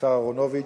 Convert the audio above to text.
השר אהרונוביץ,